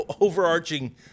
overarching